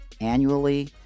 annually